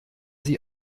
sie